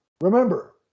remember